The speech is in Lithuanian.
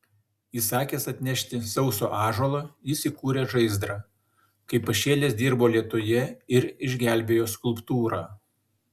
įsakęs atnešti sauso ąžuolo jis įkūrė žaizdrą kaip pašėlęs dirbo lietuje ir išgelbėjo skulptūrą